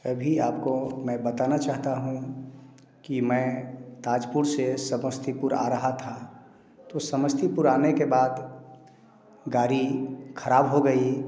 अभी आपको मैं बताना चाहता हूँ कि मैं ताजपुर से समस्तीपुर आ रहा था तो समस्तीपुर आने के बाद गाड़ी खराब हो गई